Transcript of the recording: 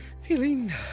Feeling